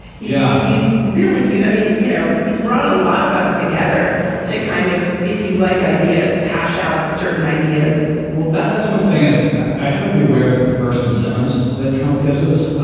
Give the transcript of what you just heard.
yeah. he's really you i mean you know, he's brought a lot of us together to kind of if you like ideas hash out certain ideas well that's one thing as i try to be aware of the perverse incentives that trump gives us.